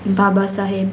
Baba Saheb